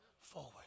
forward